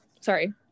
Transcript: sorry